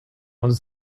uns